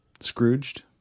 Scrooged